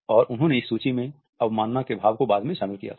और उन्होंने इस सूची में अवमानना के भाव को बाद में शामिल किया था